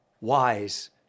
wise